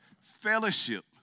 Fellowship